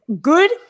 good